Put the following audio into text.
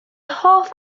hoff